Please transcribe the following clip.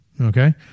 Okay